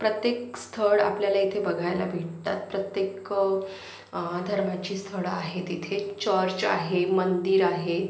प्रत्येक स्थळ आपल्याला इथे बघायला भेटतात प्रत्येक धर्माची स्थळं आहेत इथे चर्च आहे मंदिर आहे